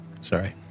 Sorry